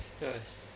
uh s~